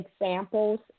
examples